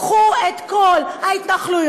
קחו את כל ההתנחלויות,